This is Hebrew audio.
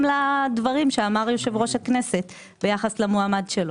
למה שאמר יושב-ראש הכנסת לגבי המועמד שלו.